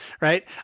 right